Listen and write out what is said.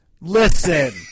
Listen